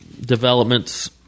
developments